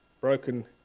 broken